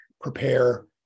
prepare